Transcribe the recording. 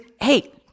hey